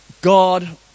God